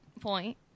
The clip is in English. point